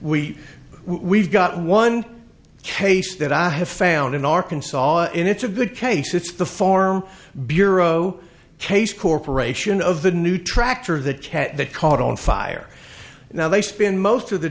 we we've got one case that i have found in arkansas law and it's a good case it's the form bureau case corporation of the new tractor the cat that caught on fire now they spend most of the